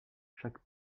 chaque